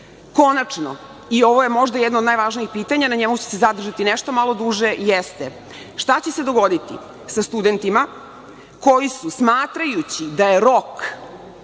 i ovo je možda jedno od najvažnijih pitanja, na njemu ću se zadržati nešto malo duže, jeste – šta će se dogoditi sa studentima koji su, smatrajući da je rok